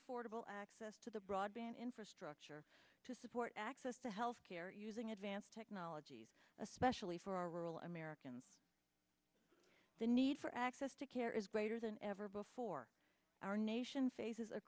affordable access to the broadband infrastructure to support access to health care using advanced technologies especially for rural americans the need for access to care is greater than ever before our nation faces a